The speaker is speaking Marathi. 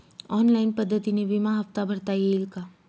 ऑनलाईन पद्धतीने विमा हफ्ता भरता येईल का?